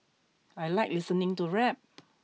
I like listening to rap